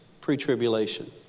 pre-tribulation